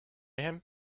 him